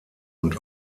und